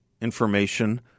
information